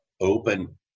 open